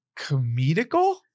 comedical